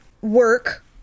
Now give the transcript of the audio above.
work